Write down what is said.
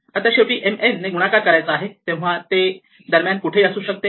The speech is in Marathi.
आता शेवटी M n ने गुणाकार करायचा आहे किंवा ते दरम्यान कुठेही असू शकते